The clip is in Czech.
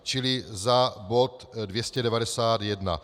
Čili za bod 291.